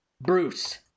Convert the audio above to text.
Bruce